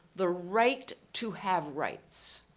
the right to have rights.